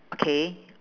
okay